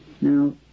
Now